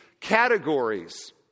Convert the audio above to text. categories